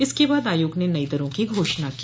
इसके बाद आयोग ने नई दरों की घोषणा की